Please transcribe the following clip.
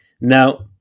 Now